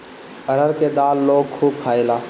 अरहर के दाल लोग खूब खायेला